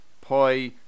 Poi